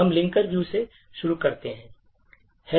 हम linker view से शुरू करते हैं